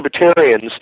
libertarians